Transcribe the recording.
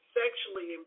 sexually